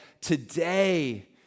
today